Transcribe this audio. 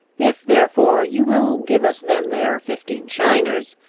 if therefore you will give us them there fifteen shiners,